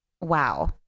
wow